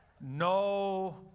no